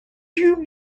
you